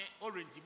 orange